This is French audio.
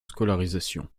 scolarisation